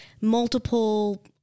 multiple